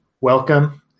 welcome